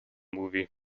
movie